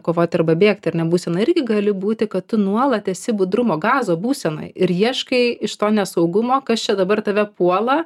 kovoti arba bėgti ar ne būsena igri gali būti kad tu nuolat esi budrumo gazo būsenoj ir ieškai iš to nesaugumo kas čia dabar tave puola